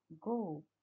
go